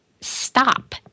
Stop